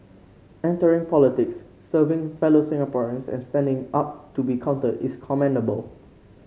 entering politics serving fellow Singaporeans and standing up to be counted is commendable